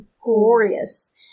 glorious